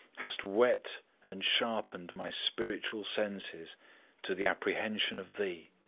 hast whet and sharpened my spiritual senses to the apprehension of thee